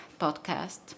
podcast